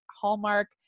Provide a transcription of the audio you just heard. Hallmark